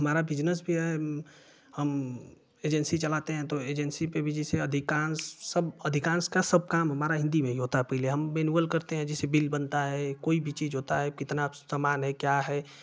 हमारा बिजनेस भी है हम एजेंसी चलाते हें तो एजेंसी पर भी भी जैसे अधिकांश सब अधिकांश का सब काम हमारा हिन्दी में ही होता है पहले हम मैनुअल करते हैं जैसे बिल बंता है कोई भी चीज़ होता है कितना समान है क्या है